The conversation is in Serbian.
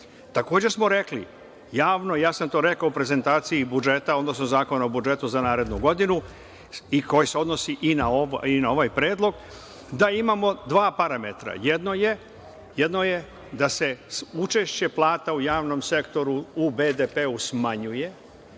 smo rekli javno, ja sam to rekao o prezentaciji budžeta, odnosno zakona o budžetu za narednu godinu i koji se odnosi i na ovaj predlog, da imamo dva parametra. Jedno je da se učešće plata u javnom sektoru, u BDP, smanjuje